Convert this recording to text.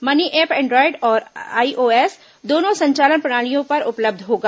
money app Android और iOS दोनों संचालन प्रणालियों पर उपलब्ध होगा